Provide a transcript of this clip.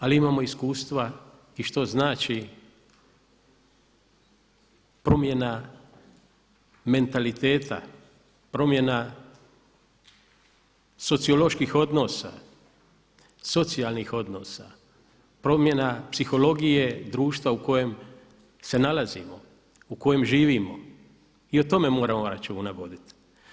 Ali imamo iskustva i što znači promjena mentaliteta, promjena socioloških odnosa, socijalnih odnosa, promjena psihologije društva u kojem se nalazimo, u kojem živimo i o tome moramo računa voditi.